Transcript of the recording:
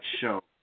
show